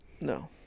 No